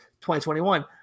2021